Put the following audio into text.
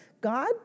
God